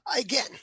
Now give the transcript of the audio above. Again